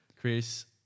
Chris